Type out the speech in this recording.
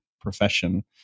profession